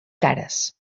cares